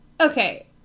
okay